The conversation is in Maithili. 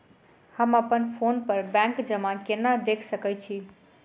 हम अप्पन फोन पर बैंक जमा केना देख सकै छी?